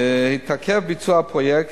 התעכב ביצוע הפרויקט,